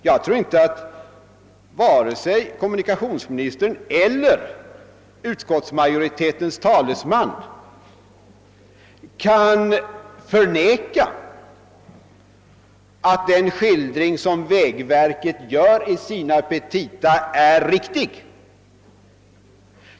Jag tror inte att vare sig kommunikationsministern eller utskottsmajoritetens talesman kan förneka att den skildring som vägverket ger i sina petita är riktig.